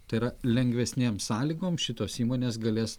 tai yra lengvesnėm sąlygom šitos įmonės galės